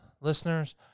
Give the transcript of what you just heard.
listeners